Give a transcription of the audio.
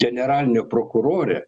generalinė prokurorė